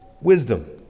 wisdom